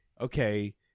okay